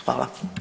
Hvala.